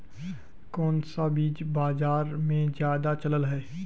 कोन सा बीज बाजार में ज्यादा चलल है?